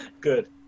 Good